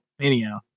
anyhow